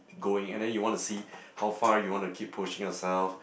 going and then you want to see how far you want to keep pushing yourself